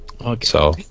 Okay